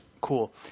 cool